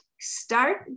start